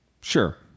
sure